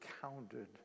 counted